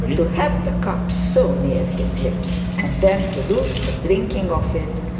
to have the cup so near his lips and then to lose the drinking of it,